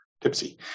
tipsy